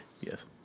yes